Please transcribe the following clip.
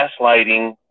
gaslighting